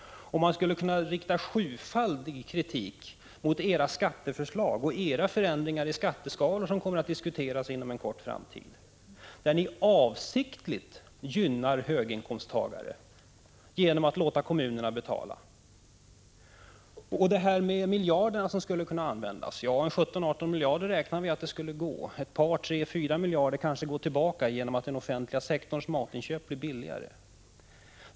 Och man skulle kunna rikta sjufaldig kritik mot era skatteförslag och era förändringar i skatteskalorna som kommer att diskuteras inom en nära framtid. Där gynnar ni avsiktligt höginkomsttagare genom att låta kommunerna betala. Miljarderna skulle kunna användas bättre, säger Lars Hedfors. Ja, 17-18 miljarder räknar vi med. 3 å 4 miljarder kanske skulle gå tillbaka genom att den offentliga sektorns matinköp blir billigare.